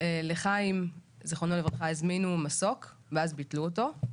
לחיים זיכרונו לברכה, הזמינו מסוק ואז ביטלו אותו.